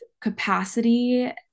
capacity